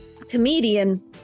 comedian